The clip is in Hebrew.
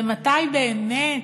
ומתי באמת